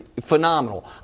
phenomenal